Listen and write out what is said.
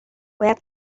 باید